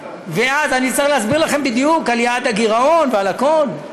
ואז אני אצטרך להסביר לכם בדיוק על יעד הגירעון ועל הכול.